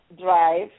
Drive